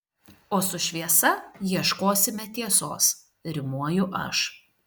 o su šviesa ieškosime tiesos rimuoju aš